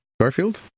Garfield